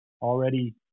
already